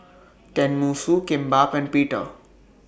Tenmusu Kimbap and Pita